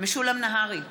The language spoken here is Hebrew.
משולם נהרי,